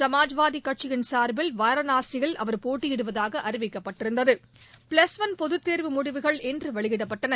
சமாஜவாதி கட்சியின் சார்பில் வாரணாசியில் அவர் போட்டியிடுவதாக அறிவிக்கப்பட்டிருந்தது பிளஸ் ஒன் பொதுத்தேர்வு முடிவுகள் இன்று வெளியிடப்பட்டன